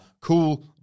cool